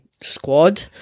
squad